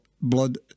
blood